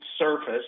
surface